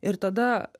ir tada